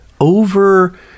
over